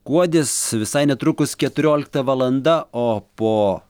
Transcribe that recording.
kuodis visai netrukus keturiolikta valanda o po